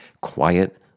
quiet